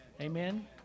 Amen